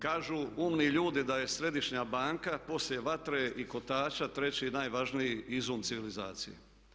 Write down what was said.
Kažu umni ljudi da je Središnja banka poslije vatre i kotača treći najvažniji izum civilizacije.